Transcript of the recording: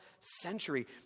century